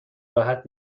راحت